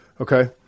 okay